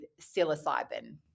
psilocybin